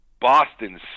Boston